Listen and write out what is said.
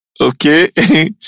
Okay